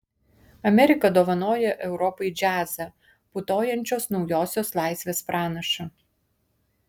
amerika dovanoja europai džiazą putojančios naujosios laisvės pranašą